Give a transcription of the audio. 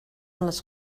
les